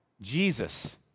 Jesus